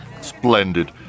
Splendid